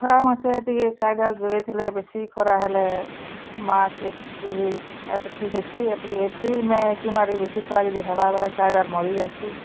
ଖରାମାସେ ଟିକେ ଶାଗ୍ ଯୁଗାଇଥିଲେ ବେଶୀ ଖରା ହେଲେ ମାର୍ଚ୍ଚ୍ ଏପ୍ରିଲ୍ ଏତଥି ହେସି ଏପ୍ରିଲ୍ ମେଁ ଜୁନ୍ ଆଡ଼େ ବେଶୀ ଖରା ଯଦି ହେବା ବୋଲେ ଶାଗ୍ ଗୁରା ମରି ଯାଇସୀ